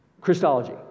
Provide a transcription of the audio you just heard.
Christology